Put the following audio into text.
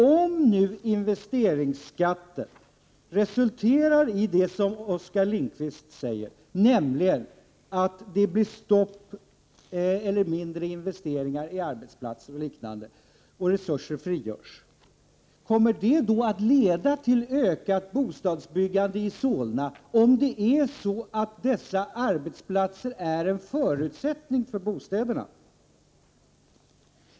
Om nu investeringsskatten får det resultat som Oskar Lindkvist säger, nämligen att det blir mindre investeringar i arbetsplatser och liknande och resurser därmed frigörs, kommer det då att leda till ökat bostadsbyggande i Solna, om det är så att dessa arbetsplatser är en förutsättning för bostäderna?